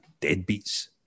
deadbeats